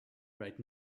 right